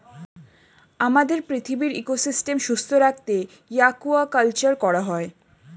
আমাদের পৃথিবীর ইকোসিস্টেম সুস্থ রাখতে অ্য়াকুয়াকালচার করা হয়